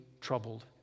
troubled